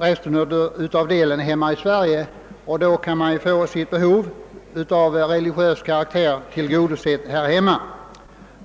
resten av året bor de hemma i Sverige, och då kan de få sitt behov av religiös karaktär tillgodosett här hemma.